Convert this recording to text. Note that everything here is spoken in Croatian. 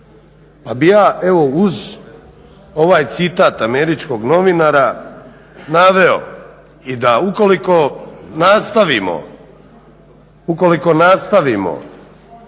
Pa bi ja evo uz ovaj citat američkog novinara naveo i da ukoliko nastavimo, ukoliko nastavimo